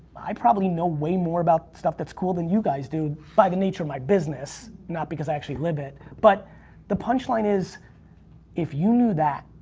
i probably know way more about stuff that's cool than you guys do, by the nature of my business. not because actually live it but the punchline is if you knew that,